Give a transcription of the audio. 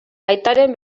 aitaren